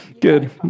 Good